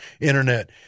Internet